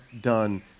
done